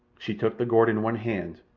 she took the gourd in one hand,